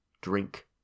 drink